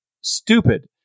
stupid